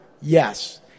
Yes